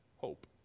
hope